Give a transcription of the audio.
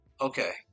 Okay